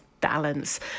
balance